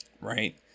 Right